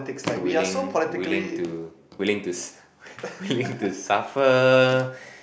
willing willing to willing to willing to suffer